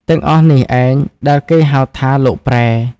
ទាំងអស់នេះឯង ដែលគេហៅថា “លោកប្រែ” ។